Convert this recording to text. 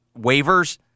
waivers—